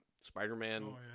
Spider-Man